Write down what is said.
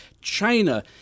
China